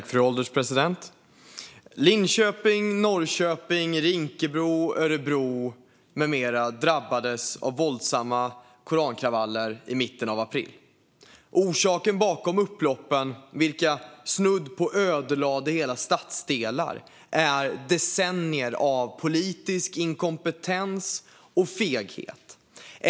Fru ålderspresident! Linköping, Norrköping, Rinkebro, Örebro med mera drabbades av våldsamma korankravaller i mitten av april. Orsaken bakom upploppen, vilka snudd på ödelade hela stadsdelar, är decennier av politisk inkompetens och feghet.